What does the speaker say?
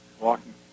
walking